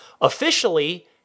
Officially